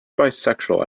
bisexual